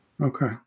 Okay